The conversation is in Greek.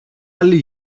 άλλοι